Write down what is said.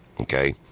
okay